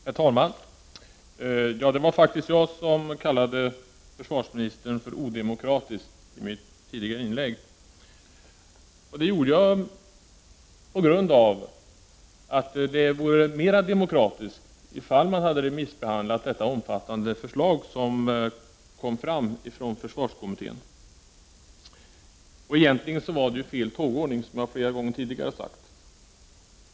Herr talman! Det var jag som kallade försvarsministern för odemokratisk i mitt tidigare inlägg. Det gjorde jag på grund av att det vore mera demokratiskt ifall man hade remissbehandlat det omfattande förslag som kom fram från försvarskommittén. Egentligen var det fel tågordning, som jag flera gånger tidigare har sagt.